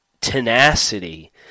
tenacity